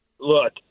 look